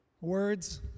Words